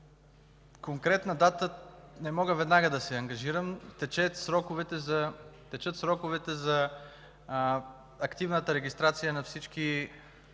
конкретна дата не мога веднага да се ангажирам. Текат сроковете за активната регистрация на всички